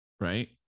Right